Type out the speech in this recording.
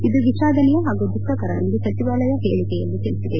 ಇದು ವಿಷಾದನೀಯ ಹಾಗೂ ದುಃಖಕರ ಎಂದು ಸಚಿವಾಲಯ ಹೇಳಿಕೆಯಲ್ಲಿ ತಿಳಿಸಿದೆ